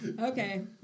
Okay